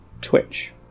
Twitch